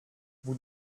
vous